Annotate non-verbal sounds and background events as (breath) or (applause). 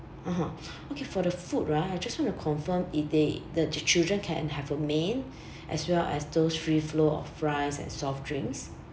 (uh huh) (breath) okay for the food right I just want to confirm if they the the children can have a main (breath) as well as those free flow of fries and soft drinks